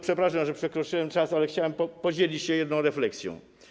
Przepraszam, że przekroczyłem czas, ale chciałem podzielić się jeszcze jedną refleksją.